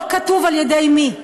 לא כתוב על-ידי מי.